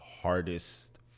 hardest